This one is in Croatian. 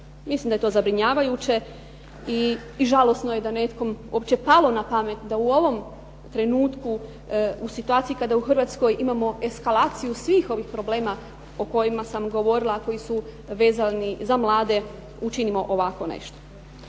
Mislim da je to zabrinjavajuće i žalosno je da je nekome uopće palo na pamet da u ovom trenutku u situaciji kada u Hrvatskoj imamo eskalaciju svih ovih problema o kojima sam govorila, a koji su vezani za mlade učinimo ovako nešto.